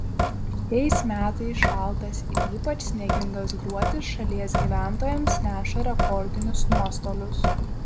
šiais metais šaltas ir ypač sniegingas gruodis šalies gyventojams neša rekordinius nuostolius